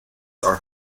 are